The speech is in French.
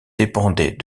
dépendait